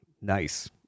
Nice